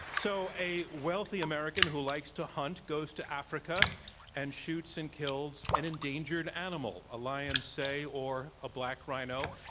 so a wealthy american who likes to hunt goes to africa and shoots and kills and endangered animal, a lion, say, or a black rhino.